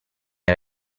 era